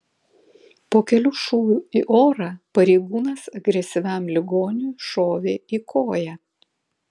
po kelių šūvių į orą pareigūnas agresyviam ligoniui šovė į koją